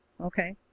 okay